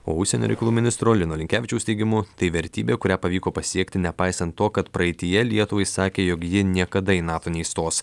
o užsienio reikalų ministro lino linkevičiaus teigimu tai vertybė kurią pavyko pasiekti nepaisant to kad praeityje lietuvai sakė jog ji niekada į nato neįstos